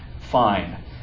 fine